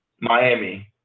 Miami